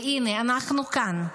והינה אנחנו כאן,